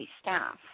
staff